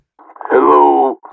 Hello